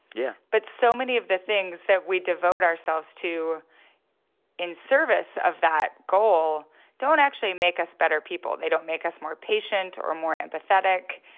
yeah but so many of the things that we devote ourselves to in service of that goal don't actually make us better people. they don't make us more patient or more empathetic.